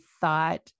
thought